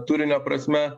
turinio prasme